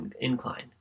incline